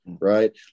right